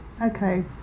okay